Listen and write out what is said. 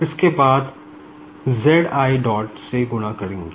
उसके बाद z i dot से गुणा करेगें